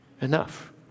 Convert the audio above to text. enough